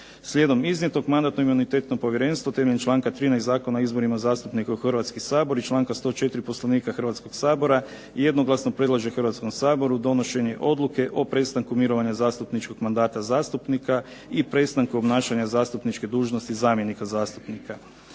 Slijedom iznijetog Mandatno-imunitetno povjerenstvo temeljem članka 13. Zakona o izborima zastupnika u Hrvatski sabor iz članka 104. Poslovnika Hrvatskog sabora jednoglasno predlaže Hrvatskom saboru donošenje odluke o prestanku mirovanja zastupničkog mandata zastupnika i prestanku obnašanja zastupničke dužnosti zamjenice zastupnika.